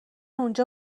اونجا